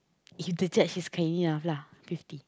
into charge he's cleaning off lah fifty